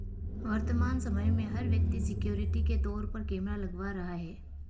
वर्तमान समय में, हर व्यक्ति सिक्योरिटी के तौर पर कैमरा लगवा रहा है